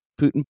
Putin